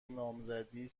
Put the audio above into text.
نامزدی